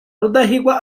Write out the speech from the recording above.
rudahigwa